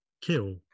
kill